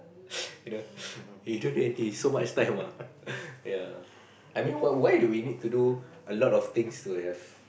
you know you don't do anything you so much time ah ya I mean why why do we need to do a lot of things to have